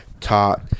taught